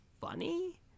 funny